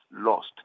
lost